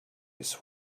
his